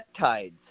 peptides